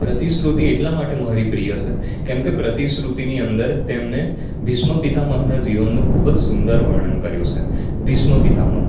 પ્રતિશ્રુતિ એટલા માટે મારી પ્રિય છે કેમ કે પ્રતિશ્રુતિની અંદર તેમણે ભીષ્મપિતામહના જીવનનું ખૂબ જ સુંદર વર્ણન કર્યું છે ભીષ્મપિતામહ